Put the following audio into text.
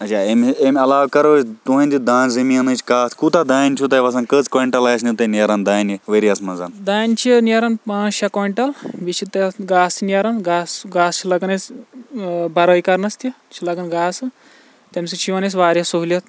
دانہِ چھِ نِیران پانژھ شیٚے گوینٹَل بیٚیہِ چھِ تَتھ گاسہٕ نیران گاسہ سُہ گاسہ چھِ لَگان اَسہِ بَرٲے کَرنَس تہِ چھِ لَگان گاسہ تمہِ سۭتۍ چھِ یِوان اَسہِ وارِیاہ سہولِیت